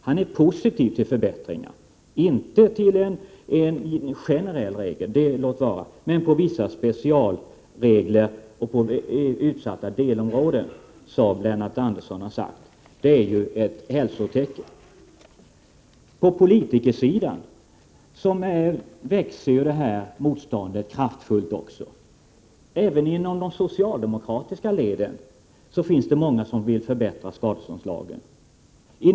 Han är positiv till förbättringar — låt vara att han inte är för en generell regel, men i alla fall för vissa specialregler på utsatta delområden, som Lennart Andersson har sagt. Det är ju ett hälsotecken. Också på politikersidan växer detta motstånd kraftigt. Även inom de socialdemokratiska leden finns det många som vill förbättra skadeståndsla Prot. 1988/89:30 gen.